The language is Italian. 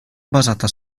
basata